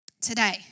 Today